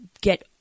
get